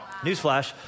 Newsflash